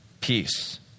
peace